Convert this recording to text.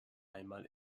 einmal